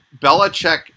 Belichick